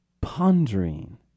pondering